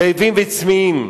רעבים וצמאים.